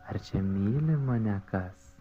ar myli mane kas